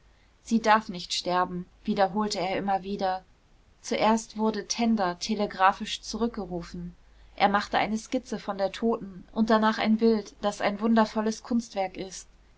sie darf nicht sterben wiederholte er immer wieder zuerst wurde tenda telegraphisch zurückgerufen er machte eine skizze von der toten und danach ein bild das ein wundervolles kunstwerk ist